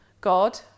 god